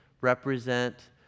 represent